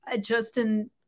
Justin